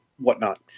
whatnot